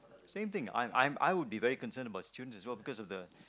same thing I would be very concern about students as well because of the